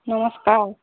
ନମସ୍କାର